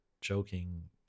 joking